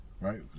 Right